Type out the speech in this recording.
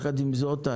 עם זאת,